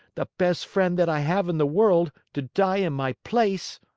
the best friend that i have in the world, to die in my place!